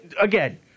again